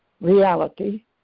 reality